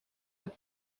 het